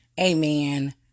Amen